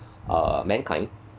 uh mankind